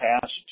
past